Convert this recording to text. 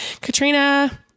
Katrina